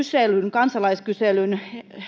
kansalaiskyselyn